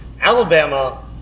Alabama